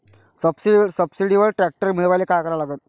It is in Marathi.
सबसिडीवर ट्रॅक्टर मिळवायले का करा लागन?